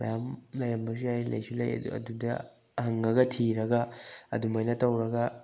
ꯃꯌꯥꯝ ꯂꯩꯔꯝꯕꯁꯨ ꯌꯥꯏ ꯂꯩꯁꯨ ꯂꯩ ꯑꯗꯨꯗ ꯍꯪꯉꯒ ꯊꯤꯔꯒ ꯑꯗꯨꯃꯥꯏꯅ ꯇꯧꯔꯒ